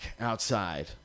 outside